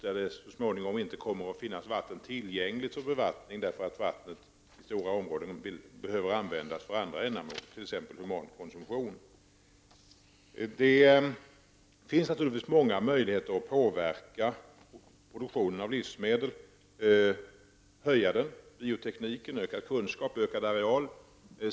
Det kommer så småningom inte att finnas vatten tillgängligt för bevattning, därför att vattnet i stora områden behöver användas för andra ändamål, t.ex. humankonsumtion. Det finns naturligtvis många möjligheter att påverka produktionen av livsmedel med hjälp av bioteknik, ökad kunskap och ökad areal.